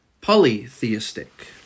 polytheistic